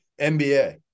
NBA